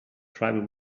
tribal